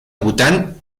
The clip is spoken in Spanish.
bután